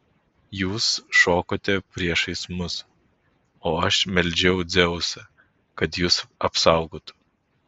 jūs šokote priešais mus o aš meldžiau dzeusą kad jus apsaugotų